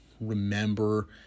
remember